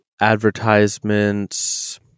advertisements